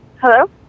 Hello